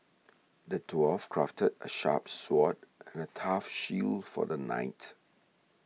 the dwarf crafted a sharp sword and a tough shield for the knight